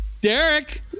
Derek